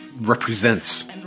represents